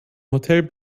hotel